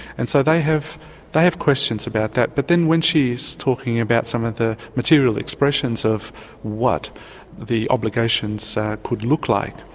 and so they have they have questions about that. but then when she is talking about some of the material expressions of what the obligations could look like,